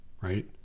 right